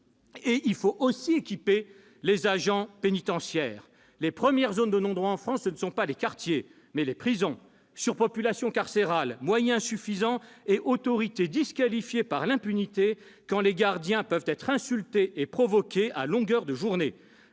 de l'administration pénitentiaire. Les premières zones de non-droit en France, ce sont non pas les quartiers, mais les prisons : surpopulation carcérale, moyens insuffisants et autorité disqualifiée par l'impunité, dans la mesure où des gardiens peuvent être insultés et provoqués à longueur de journée.